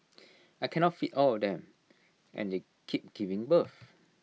I cannot feed all of them and they keep giving birth